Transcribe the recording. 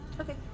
Okay